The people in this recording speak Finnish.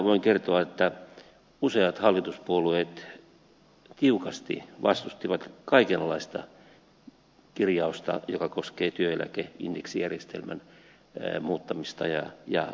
voin kertoa että useat hallituspuolueet tiukasti vastustivat kaikenlaista kirjausta joka koskee työeläkeindeksijärjestelmän muuttamista ja korjaamista